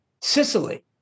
Sicily